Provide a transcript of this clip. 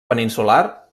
peninsular